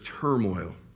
turmoil